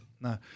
No